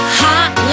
hot